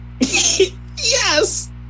Yes